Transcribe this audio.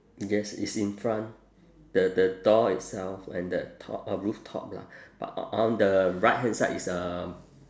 yes it's in front the the door itself and that top uh rooftop lah but o~ on the right hand side is um